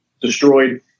destroyed